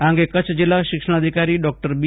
આ અંગે કચ્છ જીલ્લા શિક્ષણાધિકારી ડોક્ટર બી